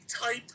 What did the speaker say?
type